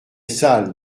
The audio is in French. salle